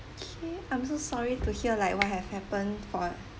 okay I'm so sorry to hear like what have happened for